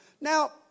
Now